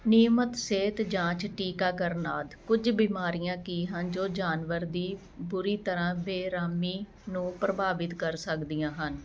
ਨਿਯਮਤ ਸਿਹਤ ਜਾਂਚ ਟੀਕਾਕਰਨ ਆਦਿ ਕੁਝ ਬਿਮਾਰੀਆਂ ਕੀ ਹਨ ਜੋ ਜਾਨਵਰ ਦੀ ਬੁਰੀ ਤਰ੍ਹਾਂ ਬੇਰਹਿਮੀ ਨੂੰ ਪ੍ਰਭਾਵਿਤ ਕਰ ਸਕਦੀਆਂ ਹਨ